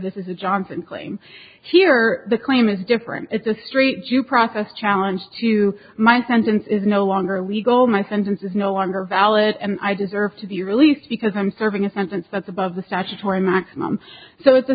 this is a johnson claim here or the claim is different is the street due process challenge to my sentence is no longer legal my sentence is no longer valid and i deserve to be released because i'm serving a sentence that's above the statutory maximum so it's a